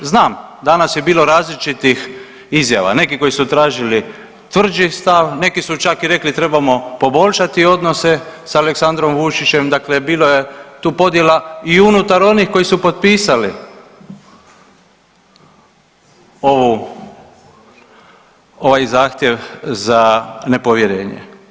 Znam danas je bilo različitih izjava, neki koji su tražili tvrđi stav, neki su čak i rekli trebamo poboljšati odnose s Aleksandrom Vučićem, dakle bilo je tu podjela i unutar onih koji su potpisali ovu, ovaj zahtjev za nepovjerenje.